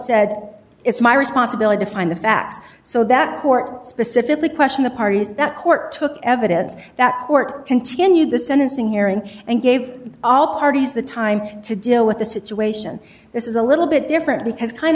said it's my responsibility find the facts so that court specifically question the parties that court took evidence that court continued the sentencing hearing and gave all parties the time to deal with the situation this is a little bit different because kind